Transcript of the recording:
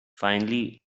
finally